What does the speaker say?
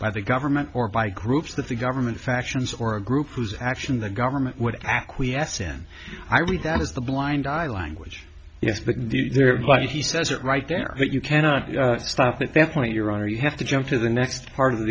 by the government or by groups that the government factions or a group whose action the government would acquiesce in i read that as the blind eye language yes but the but he says it right there that you cannot stop at that point your honor you have to jump to the next part of